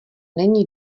není